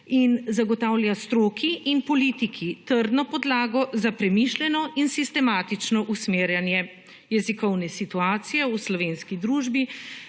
in zagotavlja stroki in politiki trdno podlago za premišljeno in sistematično usmerjanje jezikovne situacije v slovenski družbi.